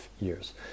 years